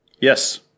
Yes